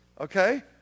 Okay